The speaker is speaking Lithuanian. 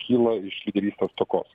kyla iš ryžto stokos